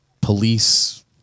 police